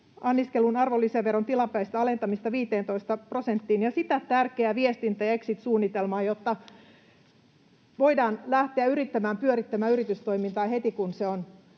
anniskelun arvonlisäveron tilapäistä alentamista 15 prosenttiin ja tärkeää viestintä- ja exit-suunnitelmaa, jotta voidaan lähteä yrittämään pyörittämään yritystoimintaa heti, kun se on